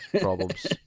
problems